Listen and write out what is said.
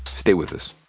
stay with us.